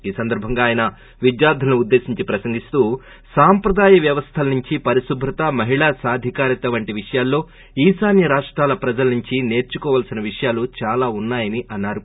ఈ సందర్బంగా ఆయన విద్యార్థులను ఉద్దేశించి ప్రసంగిస్తూ సాంప్రదాయ వ్యవస్థల నుండి పరిశుభ్రత మహిళా సాధికారత వంటి విషయాలలో ఈశాన్య రాష్టాల ప్రజల నుండి నేర్సుకోవలసిన విషయాలు చాలా ఉన్నాయని అన్నాయి